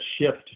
shift